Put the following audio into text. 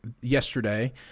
yesterday